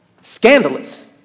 scandalous